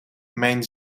mijn